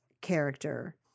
Character